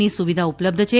ની સુવિધા ઉપલબ્ધ છે